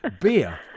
beer